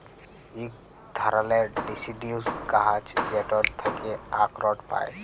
ইক ধারালের ডিসিডিউস গাহাচ যেটর থ্যাকে আখরট পায়